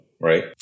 right